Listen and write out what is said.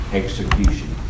execution